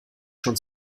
schon